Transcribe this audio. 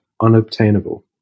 unobtainable